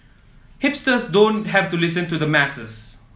hipsters don't have to listen to the masses